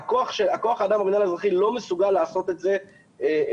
כוח האדם במינהל האזרחי לא מסוגל לעשות את זה לבד.